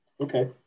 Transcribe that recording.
Okay